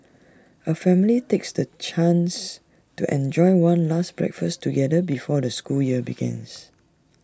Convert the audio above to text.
A family takes the chance to enjoy one last breakfast together before the school year begins